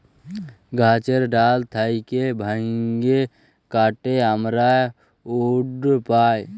গাহাচের ডাল থ্যাইকে ভাইঙে কাটে আমরা উড পায়